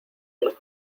los